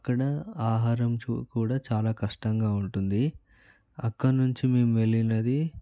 అక్కడ ఆహారంతో కూడా చాలా కష్టంగా ఉంటుంది అక్కడి నుంచి మేము వెళ్ళినది